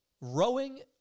Rowing